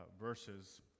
verses